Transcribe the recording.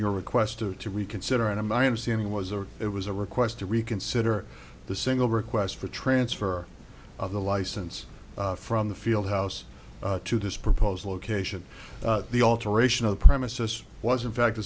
your request or to reconsider and my understanding was or it was a request to reconsider the single request for transfer of the license from the field house to this proposed location the alteration of the premises was in fact a